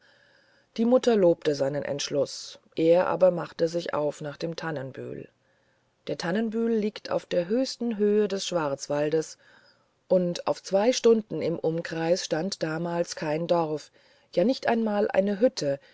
die mutter lobte seinen entschluß er aber machte sich auf nach dem tannenbühl der tannenbühl liegt auf der höchsten höhe des schwarzwaldes und auf zwei stunden im umkreis stand damals kein dorf ja nicht einmal eine hütte